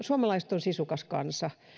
suomalaiset ovat sisukas kansa